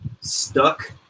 stuck